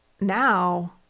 now